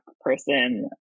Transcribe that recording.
person